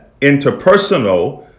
interpersonal